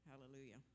Hallelujah